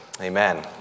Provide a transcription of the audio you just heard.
Amen